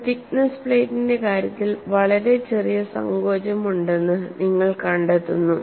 ഒരു തിക്നെസ്സ് പ്ലേറ്റിന്റെ കാര്യത്തിൽ വളരെ ചെറിയ സങ്കോചമുണ്ടെന്ന് നിങ്ങൾ കണ്ടെത്തുന്നു